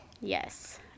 Yes